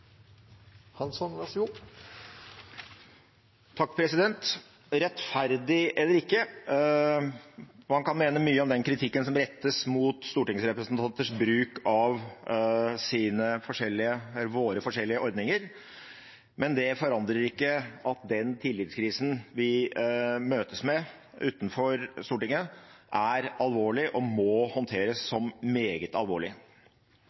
Rettferdig eller ikke: Man kan mene mye om den kritikken som rettes mot stortingsrepresentanters bruk av våre forskjellige ordninger. Men det forandrer ikke at den tillitskrisen vi møtes med utenfor Stortinget, er alvorlig og må håndteres som meget alvorlig.